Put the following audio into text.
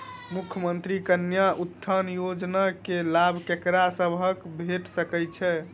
मुख्यमंत्री कन्या उत्थान योजना कऽ लाभ ककरा सभक भेट सकय छई?